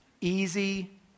easy